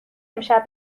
امشب